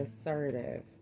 assertive